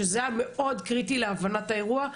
שזה היה מאוד קריטי להבנת האירוע,